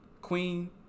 Queen